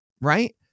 Right